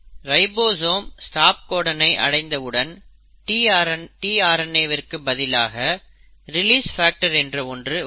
ribosome stop கோடனை அடைந்த உடன் tRNAவிற்கு பதிலாக ரிலீஸ் ஃபாக்டர் என்ற ஒன்று வரும்